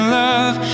love